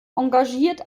engagiert